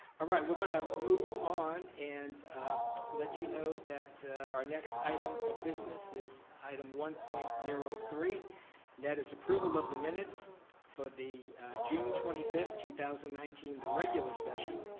right we're gonna move on and let you know that our next item of business is item one point zero three and that is approval of the minutes for the june twenty five, two thousand and nineteen the regular session,